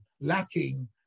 lacking